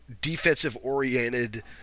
defensive-oriented